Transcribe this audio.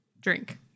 drink